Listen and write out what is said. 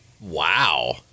Wow